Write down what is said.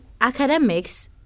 academics